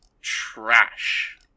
trash